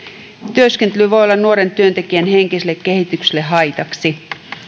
työskentely voi olla nuoren työntekijän henkiselle kehitykselle haitaksi